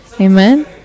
amen